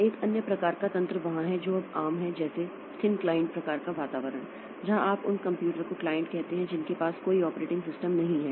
एक अन्य प्रकार का तंत्र वहाँ है जो अब आम है जैसे थिन क्लाइंट प्रकार का वातावरण जहाँ आप उन कंप्यूटर को क्लाइंट कहते हैं जिनके पास कोई ऑपरेटिंग सिस्टम नहीं है